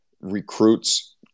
recruits